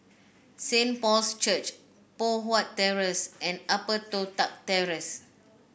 Saint Paul's Church Poh Huat Terrace and Upper Toh Tuck Terrace